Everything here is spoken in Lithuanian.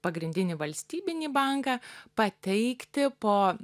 pagrindinį valstybinį banką pateikti po